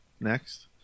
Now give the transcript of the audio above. next